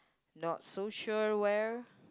not so sure where